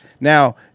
now